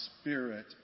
spirit